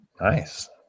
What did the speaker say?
Nice